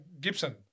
Gibson